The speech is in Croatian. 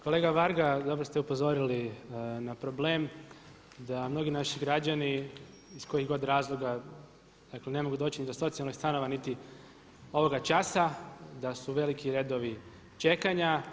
Kolega Varga, dobro ste upozorili na problem da mnogi naši građani iz kojih god razloga, dakle ne mogu doći ni do socijalnih stanova niti ovoga časa, da su veliki redovi čekanja.